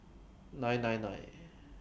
nine nine nine